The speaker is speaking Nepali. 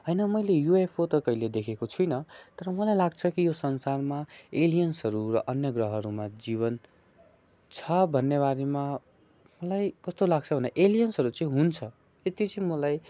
होइन मैले युएफओ त कहिले देखेको छुइनँ तर मलाई लाग्छ कि यो संसारमा एलियन्सहरू र अन्य ग्रहहरूमा जीवन छ भन्नेबारेमा मलाई कस्तो लाग्छ भन्दा एलियन्सहरू चाहिँ हुन्छ यति चाहिँ मलाई